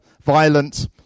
violent